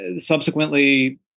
subsequently